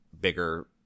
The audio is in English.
bigger